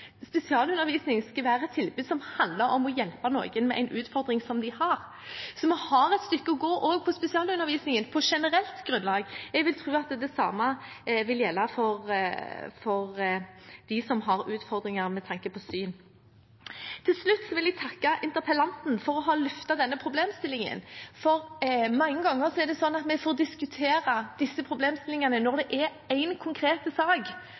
Spesialundervisning skal være et tilbud som handler om å hjelpe noen med en utfordring som de har. Så vi har et stykke å gå også når det gjelder spesialundervisningen, på generelt grunnlag. Jeg vil tro at det samme vil gjelde for dem som har utfordringer med tanke på syn. Til slutt vil jeg takke interpellanten for å ha løftet denne problemstillingen, for mange ganger er det sånn at vi får diskutere disse problemstillingene når det er en konkret sak